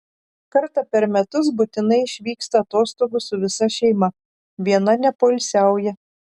kartą per metus būtinai išvyksta atostogų su visa šeima viena nepoilsiauja